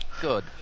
Good